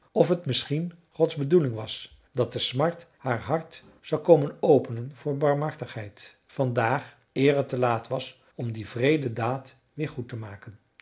of het misschien gods bedoeling was dat de smart haar hart zou komen openen voor barmhartigheid vandaag eer het te laat was om die wreede daad weer goed te maken